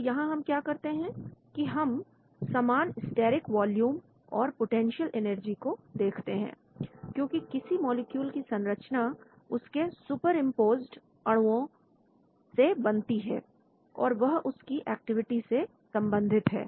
तो यहां हम क्या करते हैं कि हम समान स्टेरिक वॉल्यूम और पोटेंशियल एनर्जी को देखते हैं क्योंकि किसी मॉलिक्यूल की संरचना उसके सुपरिंपोज्ड अणुओं से बनती है और वह उसकी एक्टिविटी से संबंधित है